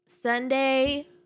Sunday